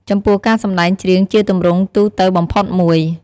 ចំពោះ ការសម្ដែងច្រៀង ជាទម្រង់ទូទៅបំផុតមួយ។